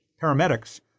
Paramedics